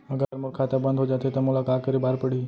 अगर मोर खाता बन्द हो जाथे त मोला का करे बार पड़हि?